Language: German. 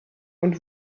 und